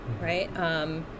right